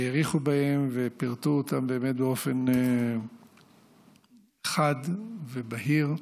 האריכו בהם ופירטו אותם באמת באופן חד ובהיר.